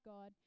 God